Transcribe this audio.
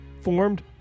formed